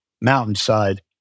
Mountainside